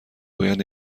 باید